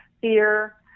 fear